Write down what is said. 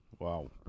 Wow